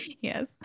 Yes